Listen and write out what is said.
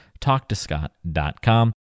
Talktoscott.com